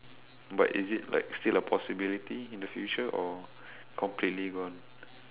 but is it like still a possibility in the future or completely gone